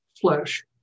flesh